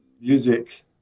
music